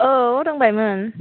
औ रोंबायमोन